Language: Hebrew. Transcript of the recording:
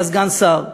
אתה סגן שר,